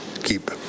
keep